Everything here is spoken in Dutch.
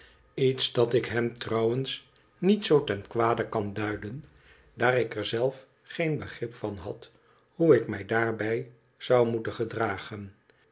iets dat ik hom trouwens niet zoo ten kwade kan duiden daar ik er zelf geen begrip van had hoe ik mij daarbij zou moeten gedragen